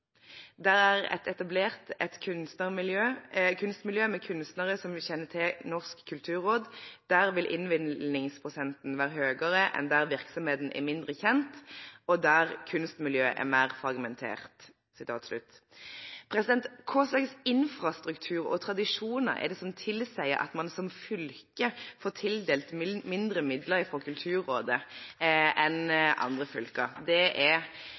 Der det er etablert et kunstmiljø med kunstnere som kjenner til Norsk kulturråd, vil innvilgelsesprosenten være høyere enn i fylker der virksomheten er mindre kjent, og der kunstnermiljøet er mer fragmentert». Hva slags infrastruktur og tradisjoner er det som tilsier at man som fylke får tildelt mindre midler fra Kulturrådet enn andre fylker? Det